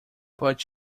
but